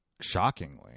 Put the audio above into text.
shockingly